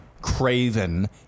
craven